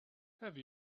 have